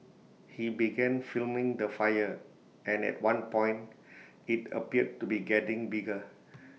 he began filming the fire and at one point IT appeared to be getting bigger